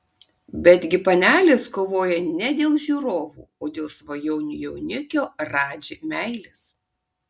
betgi panelės kovoja ne dėl žiūrovų o dėl svajonių jaunikio radži meilės